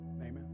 Amen